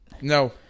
No